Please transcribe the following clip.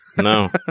No